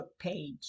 page